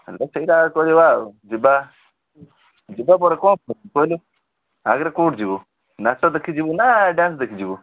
ହେଲେ ସେଇରା କରିବା ଆଉ ଯିବା ଆଗରେ କେଉଁଠି ଯିବୁ ନାଟ ଦେଖି ଯିବୁ ନା ଡ଼୍ୟାନ୍ସ ଦେଖି ଯିବୁ